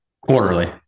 Quarterly